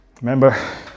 remember